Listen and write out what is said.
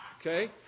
Okay